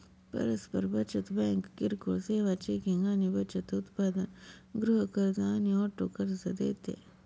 परस्पर बचत बँक किरकोळ सेवा, चेकिंग आणि बचत उत्पादन, गृह कर्ज आणि ऑटो कर्ज देते